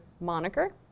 moniker